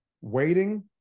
waiting